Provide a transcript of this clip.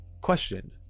question